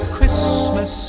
Christmas